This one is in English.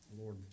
Lord